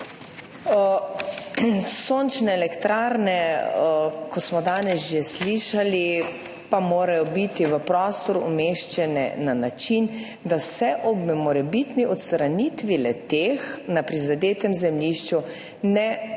Sončne elektrarne, kot smo danes že slišali, pa morajo biti v prostor umeščene na način, da se ob morebitni odstranitvi le-teh na prizadetem zemljišču ne pojavi